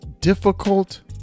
difficult